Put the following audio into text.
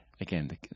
again